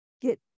get